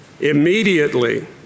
immediately